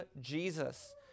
Jesus